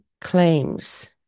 claims